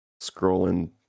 scrolling